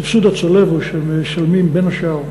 הסבסוד הצולב הוא שמשלמים בין השאר,